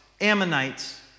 Ammonites